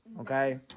Okay